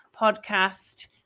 podcast